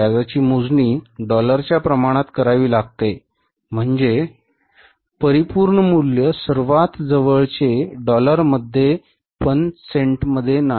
व्याजाची मोजणी डॉलरच्या प्रमाणात करावी लागेल म्हणजे परिपूर्ण मूल्य सर्वात जवळचे डॉलरमध्ये पण सेंटमध्ये नाही